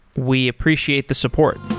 we appreciate the support